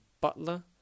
Butler